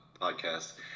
podcast